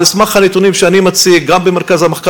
גם על סמך הנתונים שאני מציג ממרכז המחקר